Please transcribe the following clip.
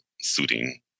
suiting